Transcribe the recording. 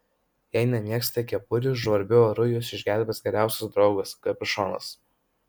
jei nemėgstate kepurių žvarbiu oru jus išgelbės geriausias draugas kapišonas